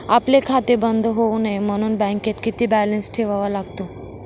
आपले खाते बंद होऊ नये म्हणून बँकेत किती बॅलन्स ठेवावा लागतो?